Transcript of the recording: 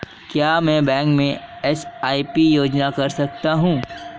क्या मैं बैंक में एस.आई.पी योजना कर सकता हूँ?